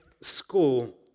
school